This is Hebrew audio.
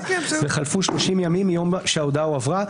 וחלפו 30 ימים מיום שההודעה הועברה,